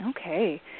Okay